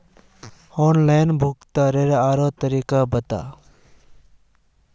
online भुग्तानेर आरोह तरीकार बारे बता